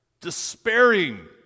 despairing